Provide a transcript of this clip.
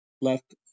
left